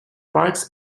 parks